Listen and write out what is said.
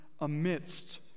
amidst